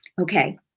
Okay